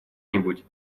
нибудь